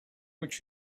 which